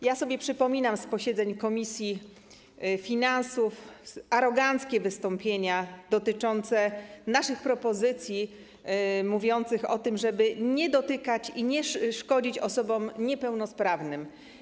Ja sobie przypominam z posiedzeń komisji finansów aroganckie wystąpienia dotyczące naszych propozycji mówiących o tym, żeby tego nie dotykać i nie szkodzić osobom niepełnosprawnym.